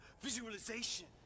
visualization